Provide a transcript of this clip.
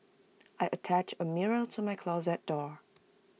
I attached A mirror to my closet door